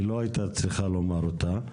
היא לא הייתה צריכה לומר אותה.